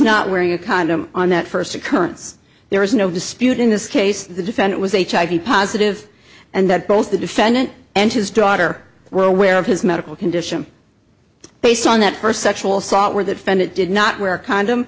not wearing a condom on that first occurrence there was no dispute in this case the defendant was a child be positive and that both the defendant and his daughter were aware of his medical condition based on that first sexual assault were that found it did not wear a condom